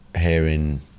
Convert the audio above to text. hearing